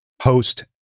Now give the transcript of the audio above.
post